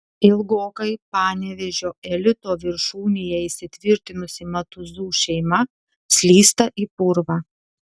ilgokai panevėžio elito viršūnėje įsitvirtinusi matuzų šeima slysta į purvą